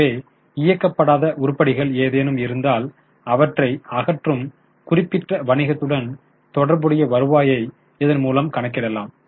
எனவே இயக்கப்படாத உருப்படிகள் ஏதேனும் இருந்தால் அவற்றை அகற்றும் குறிப்பிட்ட வணிகத்துடன் தொடர்புடைய வருவாயைக் இதன் மூலம் கணக்கிடலாம்